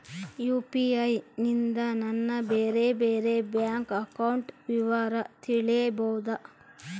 UPI ನಿಂದ ನನ್ನ ಬೇರೆ ಬೇರೆ ಬ್ಯಾಂಕ್ ಅಕೌಂಟ್ ವಿವರ ತಿಳೇಬೋದ?